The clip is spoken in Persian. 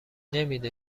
نمیده